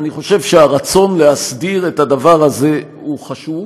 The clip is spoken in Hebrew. אני חושב שהרצון להסדיר את הדבר הזה הוא חשוב,